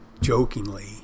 jokingly